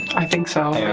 i think so,